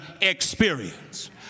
experience